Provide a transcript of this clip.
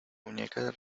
muñecas